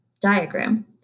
diagram